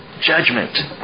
judgment